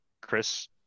Chris